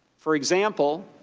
for example,